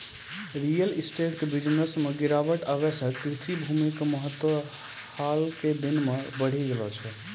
real estate के business मॅ गिरावट ऐला सॅ कृषि भूमि के महत्व हाल के दिनों मॅ बढ़ी गेलो छै